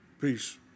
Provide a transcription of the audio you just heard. Peace